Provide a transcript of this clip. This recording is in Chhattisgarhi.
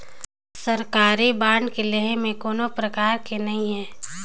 सरकारी बांड के लेहे में कोनो परकार के नइ हे